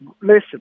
listen